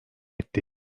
etti